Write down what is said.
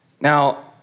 Now